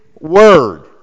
word